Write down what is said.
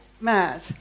mad